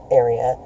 area